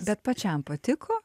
bet pačiam patiko